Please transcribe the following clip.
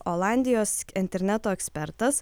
olandijos interneto ekspertas